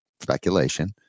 speculation